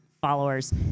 followers